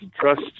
Trust